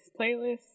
playlist